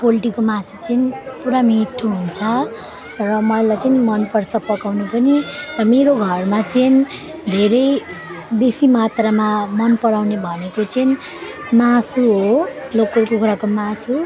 पोल्ट्रीको मासु चाहिँ पुरा मिठो हुन्छ र मलाई चाहिँ मन पर्छ पकाउनु पनि र मेरो घरमा चाहिँ धेरै बेसी मात्रामा मन पराउने भनेको चाहिँ मासु हो लोकल कुखुराको मासु